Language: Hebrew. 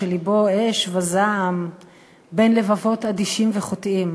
שלבו אש וזעם / בין לבבות אדישים וחוטאים.